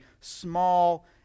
small